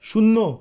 শূন্য